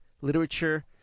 literature